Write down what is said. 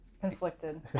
Conflicted